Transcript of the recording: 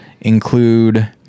include